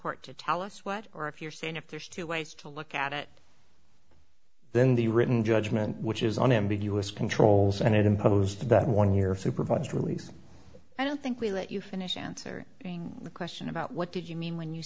what or if you're saying if there's two ways to look at it then the written judgment which is unambiguous controls and it imposed that one year supervised release i don't think we let you finish answering the question about what did you mean when you